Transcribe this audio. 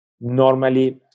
normally